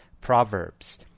proverbs